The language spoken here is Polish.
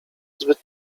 zbyt